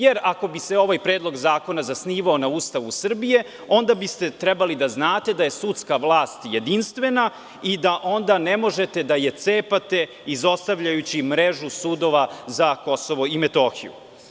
Jer, ako bi se ovaj Predlog zakona zasnivao na Ustavu Srbije, onda biste trebali da znate da je sudska vlast jedinstvena i da onda ne možete da je cepate izostavljajući mrežu sudova za KiM.